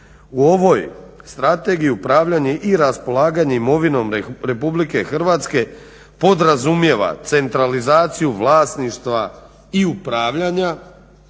U ovoj Strategiji upravljanja i raspolaganja imovinom Republike Hrvatske podrazumijeva centralizaciju vlasništva i upravljanja,